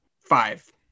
Five